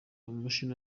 amashami